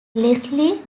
leslie